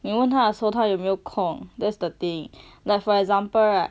你问她的时候她有没有空 that's the thing like for example right